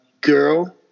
girl